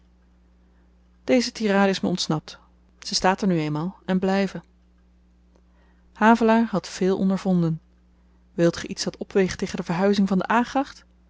deze tirade is me ontsnapt ze staat er nu eenmaal en blyve havelaar had veel ondervonden wilt ge iets dat opweegt tegen de verhuizing van de a gracht